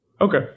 Okay